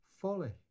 folly